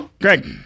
Greg